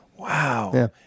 Wow